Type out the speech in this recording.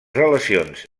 relacions